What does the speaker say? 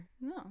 No